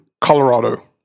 Colorado